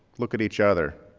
look at each other.